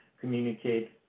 communicate